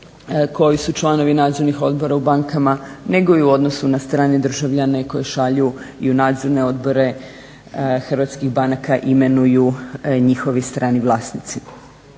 koji su članovi nadzornih odbora u bankama nego i u odnosu na strane državljane koji šalju i u nadzorne odbore hrvatskih banaka imenuju njihovi strani vlasnici.